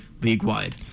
league-wide